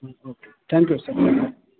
okay thank you sir